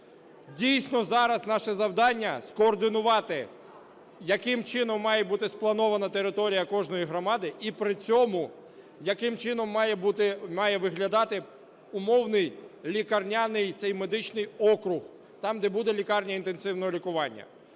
Дійсно, зараз наше завдання – скоординувати, яким чином має бути спланована територія кожної громади і при цьому яким чином має виглядати умовний лікарняний цей медичний округ, там, де буде лікарня інтенсивного лікування.